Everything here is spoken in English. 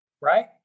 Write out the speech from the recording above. right